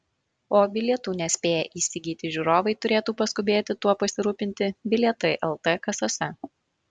o bilietų nespėję įsigyti žiūrovai turėtų paskubėti tuo pasirūpinti bilietai lt kasose